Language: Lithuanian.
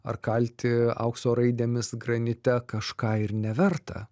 ar kalti aukso raidėmis granite kažką ir neverta